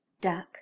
duck